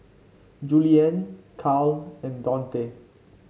Juliann Kyle and Dontae